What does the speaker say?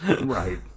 Right